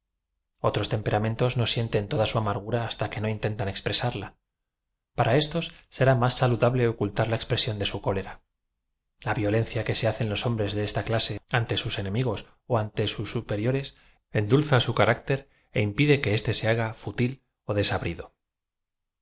otros temperamentos no sienten teda su amargura hasta que no intentan expresarla para éstos será más saludable ocultar la expresión de su cólera la tíolencia que se hacen los hombres de esta clase ante sus enemigos ó ante sus superiores endulza su carácter é impide que éate se haga fútil ó